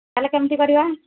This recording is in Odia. ହେଲେ କେମିତି କରିବା